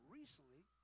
recently